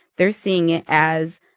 they're seeing it as,